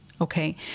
Okay